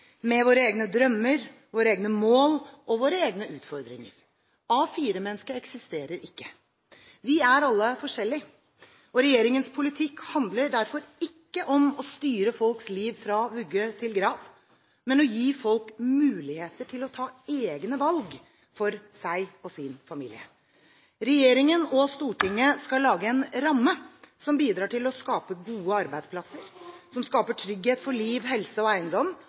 med våre egne drømmer, våre egne mål og våre egne utfordringer. A4-mennesket eksisterer ikke. Vi er alle forskjellige. Regjeringens politikk handler derfor ikke om å styre folks liv fra vugge til grav, men om å gi folk muligheter til å ta egne valg for seg og sin familie. Regjeringen og Stortinget skal lage en ramme som bidrar til å skape gode arbeidsplasser, som skaper trygghet for liv, helse og eiendom